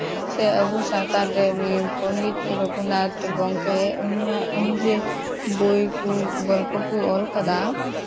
ᱥᱮ ᱟᱵᱚ ᱥᱟᱶᱛᱟ ᱨᱮ ᱱᱤᱭᱟᱹ ᱯᱚᱱᱰᱤᱛ ᱨᱚᱜᱷᱩᱱᱟᱛᱷ ᱜᱚᱢᱠᱮ ᱩᱱᱤᱭᱟᱜ ᱩᱱᱤ ᱡᱮ ᱵᱳᱭ ᱠᱚ ᱜᱚᱞᱯᱚ ᱠᱚ ᱚᱞ ᱠᱟᱫᱟ